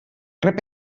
rep